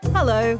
Hello